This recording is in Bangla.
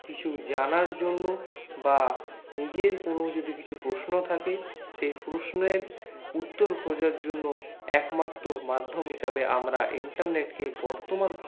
কিছু জানার জন্য বা নিজের কোনো যদি কিছু প্রশ্ন থাকে সেই প্রশ্নের উত্তর খোঁজার জন্য একমাত্র মাধ্যম হিসাবে আমরা ইন্টারনেটকে বর্তমান